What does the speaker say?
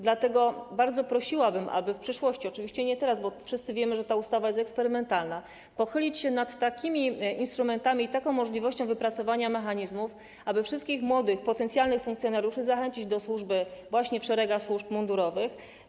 Dlatego bardzo prosiłabym, aby w przyszłości - oczywiście nie teraz, bo wszyscy wiemy, że ta ustawa jest eksperymentalna - pochylić się nada takimi instrumentami i taką możliwością wypracowania mechanizmów, aby wszystkich młodych, potencjalnych funkcjonariuszy zachęcić właśnie do wstąpienia w szeregi służb mundurowych.